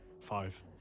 Five